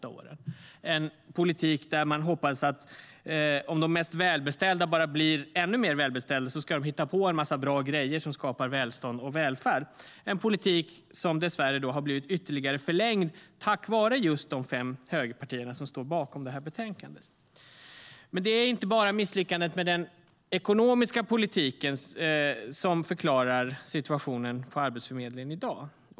Det är en politik där man hoppas att om de mest välbeställda bara blir ännu mer välbeställda ska de hitta på en massa bra grejer som skapar välstånd och välfärd. Det är en politik som dessvärre har blivit ytterligare förlängd tack vare just de fem högerpartier som står bakom det här betänkandet. Men det är inte bara misslyckandet med den ekonomiska politiken som förklarar situationen på Arbetsförmedlingen i dag.